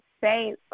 say